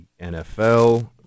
NFL